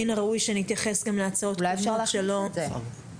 מן הראוי שנתייחס גם להצעות קודמות --- אי